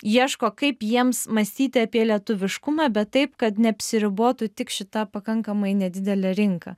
ieško kaip jiems mąstyti apie lietuviškumą bet taip kad neapsiribotų tik šita pakankamai nedidele rinka